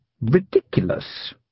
ridiculous